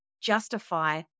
justify